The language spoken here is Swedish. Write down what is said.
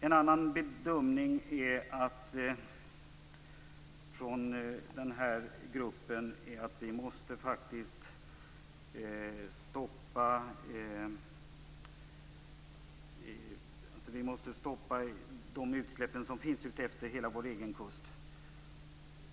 En annan bedömning från den här gruppen är att vi måste stoppa de utsläpp som görs utefter hela vår egen kust.